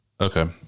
Okay